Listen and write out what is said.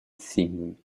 singh